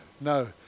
No